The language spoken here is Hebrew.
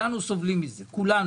הוא קונה דירה שתהיה לילד שלו, שתהיה לו